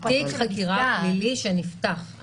זה תיק חקירה פלילי שנפתח.